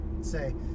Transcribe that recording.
say